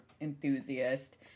enthusiast